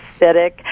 acidic